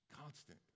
Constant